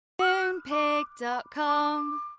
Moonpig.com